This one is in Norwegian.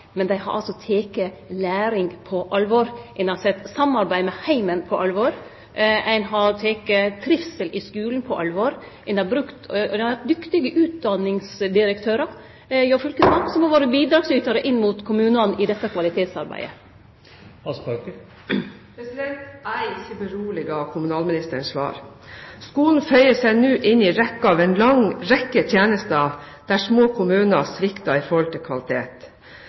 Dei har altså teke læring på alvor. Ein har teke samarbeid med heimen på alvor, ein har teke trivsel i skulen på alvor. Ein har hatt dyktige utdanningsdirektørar hjå fylkesmannen som har vore bidragsytarar inn mot kommunane i dette kvalitetsarbeidet. Jeg er ikke beroliget av kommunalministerens svar. Skolen føyer seg nå inn i en lang rekke av tjenester der små kommuner svikter når det gjelder kvalitet.